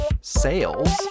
sales